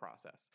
process